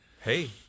Hey